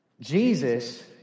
Jesus